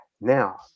Now